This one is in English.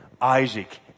isaac